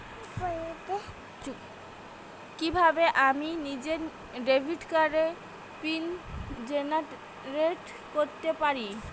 কিভাবে আমি নিজেই ডেবিট কার্ডের পিন জেনারেট করতে পারি?